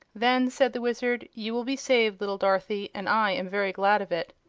then, said the wizard, you will be saved, little dorothy and i am very glad of it.